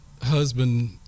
husband